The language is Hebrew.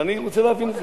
ואני רוצה להבין את זה.